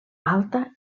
alta